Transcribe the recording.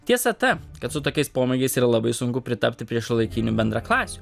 tiesa ta kad su tokiais pomėgiais yra labai sunku pritapti prie šiuolaikinių bendraklasių